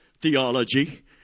theology